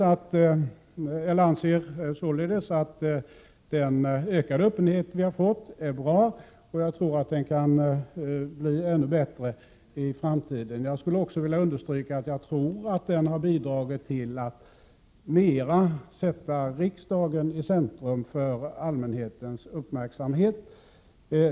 Jag anser således att den ökade öppenhet vi har fått är bra. Jag tror att den kan bli ännu bättre i framtiden. Jag vill också understryka att den har bidragit till att mer sätta riksdagen i centrum för allmänhetens uppmärksamhet.